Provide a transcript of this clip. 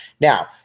Now